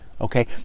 Okay